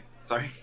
sorry